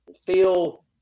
feel